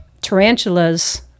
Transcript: tarantulas